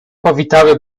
powitały